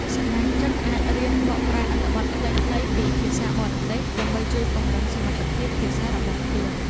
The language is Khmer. សមាជិកអាចរៀនបកប្រែអត្ថបទខ្លីៗពីភាសាបរទេស ដើម្បីជួយពង្រឹងសមត្ថភាពភាសារបស់ខ្លួន។